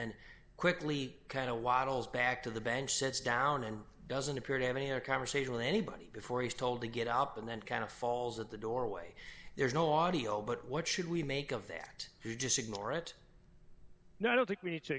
then quickly kind of wattles back to the bench sits down and doesn't appear to having a conversation with anybody before he's told to get up and then kind of falls at the doorway there's no audio but what should we make of that he just ignore it no i don't think we need to